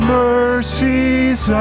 mercies